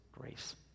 grace